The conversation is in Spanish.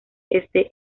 este